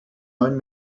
own